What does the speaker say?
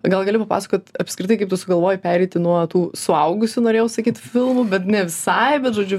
gal gali pasakot apskritai kaip tu sugalvojiai pereiti nuo tų suaugusių norėjau sakyt filmų bet ne visai bet žodžiu